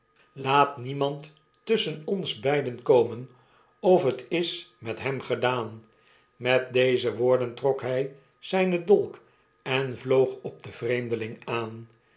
laat niemand tusschen ons beiden komen of het is met hem gedaan met deze woorden trok hy zynendolken vloog op den vreemdeling aan